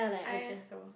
I also